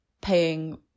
paying